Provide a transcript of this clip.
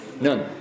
None